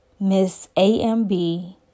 missamb